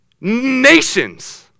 nations